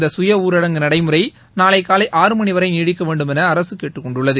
இந்த சுய ஊரடங்கு நடைமுறை நாளை காலை ஆறுமணி வரை நீடிக்க வேண்டுமென அரசு கேட்டுக் கொண்டுள்ளது